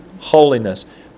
holiness